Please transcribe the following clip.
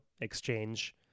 exchange